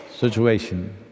situation